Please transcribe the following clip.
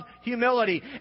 humility